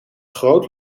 groot